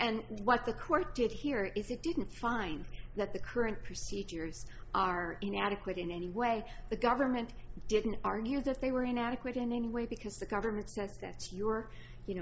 and what the court did here is it didn't find that the current procedures are inadequate in any way the government didn't argue that they were inadequate in any way because the government says that's your you